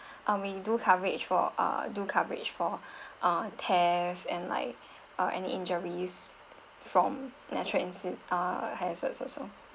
um we do coverage for uh do coverage for uh theft and like uh any injuries from natural inci~ uh hazards also